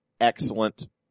excellent